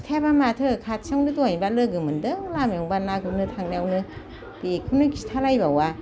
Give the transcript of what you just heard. खिथायाबा माथो खाथियावनो दहायनोबा लोगो मोनदों दहायनोबा ना गुरनो थांनायावनो बेखौनो खिथालायबावा